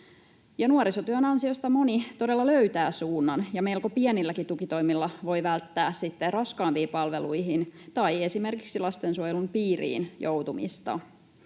Nuorisotyön ansiosta moni todella löytää suunnan, ja melko pienilläkin tukitoimilla voi välttää sitten raskaampiin palveluihin tai esimerkiksi lastensuojelun piiriin joutumista.